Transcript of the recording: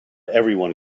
everyone